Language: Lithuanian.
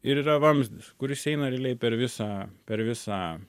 ir yra vamzdis kuris eina realiai per visą per visą